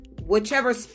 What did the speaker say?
Whichever